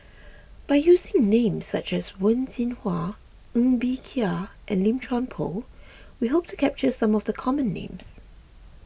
by using names such as Wen Jinhua Ng Bee Kia and Lim Chuan Poh we hope to capture some of the common names